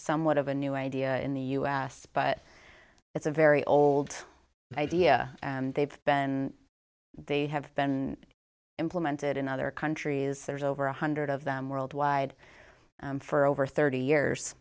somewhat of a new idea in the u s but it's a very old idea and they've been they have been implemented in other countries there's over one hundred of them worldwide for over thirty years